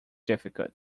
difficult